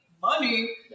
Money